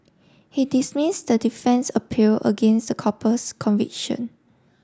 he dismissed the defence appeal against the couple's conviction